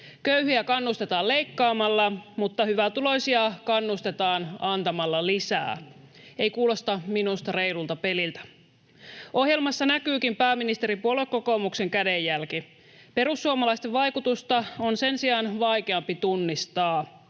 Köyhiä kannustetaan leikkaamalla, mutta hyvätuloisia kannustetaan antamalla lisää. Ei kuulosta minusta reilulta peliltä. Ohjelmassa näkyykin pääministeripuolue kokoomuksen kädenjälki. Perussuomalaisten vaikutusta on sen sijaan vaikeampi tunnistaa.